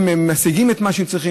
הם משיגים את מה שהם צריכים,